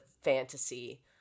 fantasy